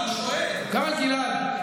גם על גלעד,